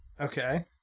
Okay